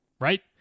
Right